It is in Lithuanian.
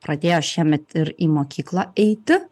pradėjo šiemet ir į mokyklą eiti